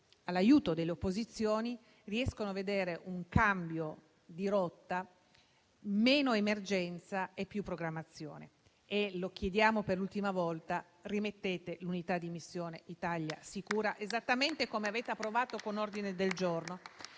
all'aiuto delle opposizioni, riescano a vedere un cambio di rotta: meno emergenza e più programmazione. Lo chiediamo infine per l'ultima volta: rimettete la struttura di missione ItaliaSicura, esattamente come avete approvato con ordine del giorno,